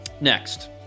Next